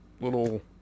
little